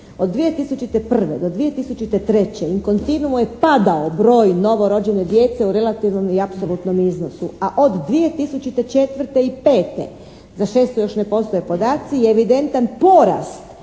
od 2001. do 2003. inkontinuo je padao broj novorođene djece u relativnom i apsolutnom iznosu, a od 2004. i 2005., za 2006. još ne postoje podaci je evidentan porast